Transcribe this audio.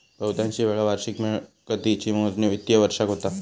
बहुतांशी वेळा वार्षिक मिळकतीची मोजणी वित्तिय वर्षाक होता